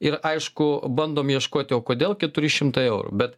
ir aišku bandom ieškoti o kodėl keturi šimtai eurų bet